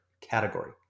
category